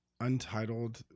Untitled